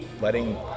letting